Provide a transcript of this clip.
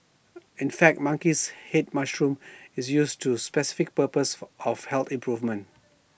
in fact monkeys Head mushroom is used for specific purpose of health improvement